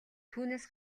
түүнээс